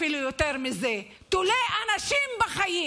אפילו יותר מזה, תולה אנשים בחיים.